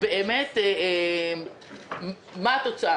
לא ברור לי בדיוק מה התוצאה.